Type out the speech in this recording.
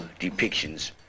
depictions